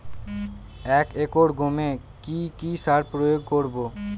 এক একর গমে কি কী সার প্রয়োগ করব?